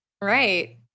Right